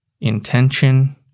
intention